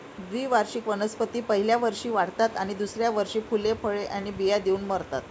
द्विवार्षिक वनस्पती पहिल्या वर्षी वाढतात आणि दुसऱ्या वर्षी फुले, फळे आणि बिया देऊन मरतात